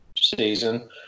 season